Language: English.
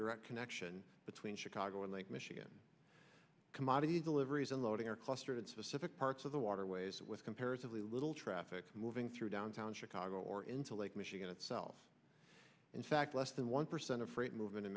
direct connection between chicago and lake michigan commodities deliveries unloading are clustered in specific parts of the waterways with comparatively little traffic moving through downtown chicago or into lake michigan itself in fact less than one percent of freight mov